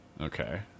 Okay